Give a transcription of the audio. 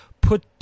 put